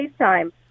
FaceTime